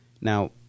Now